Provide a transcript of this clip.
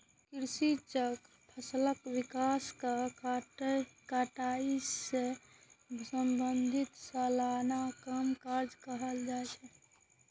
कृषि चक्र कोनो फसलक विकास आ कटाई सं संबंधित सलाना कामकाज के कहल जाइ छै